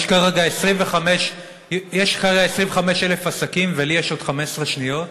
יש כרגע 25,000 עסקים, ולי יש עוד 15 שניות,